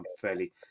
fairly